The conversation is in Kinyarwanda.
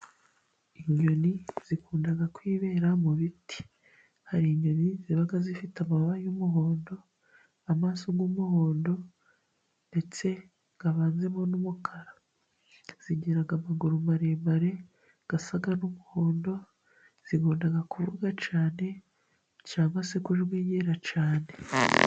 Inyoni zikunda kwibera mu biti, hari inyoni ziba zifite amababa y'umuhondo, amaso y'umuhondo, ndetse avanzemo n'umukara. Zigira amaguru maremare, asa n'umuhondo, zikunda kuvuga cyane, cyangwa se kujwigira cyane.